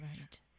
Right